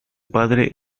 padre